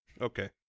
Okay